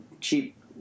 cheap